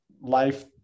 life